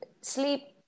sleep